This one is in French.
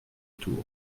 tour